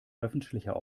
öffentlicher